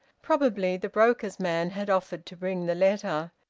probably the broker's man had offered to bring the letter.